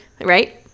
Right